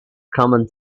common